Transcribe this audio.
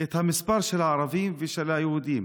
את המספר של הערבים ושל היהודים.